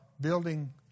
building